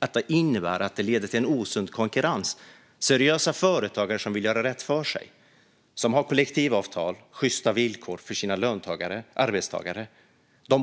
Och det leder till osund konkurrens. Seriösa företagare som vill göra rätt för sig, som har kollektivavtal och sjysta villkor för sina arbetstagare,